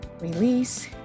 release